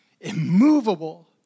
immovable